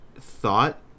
thought